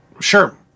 Sure